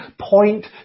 point